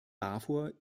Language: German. davor